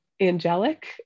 angelic